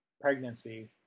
pregnancy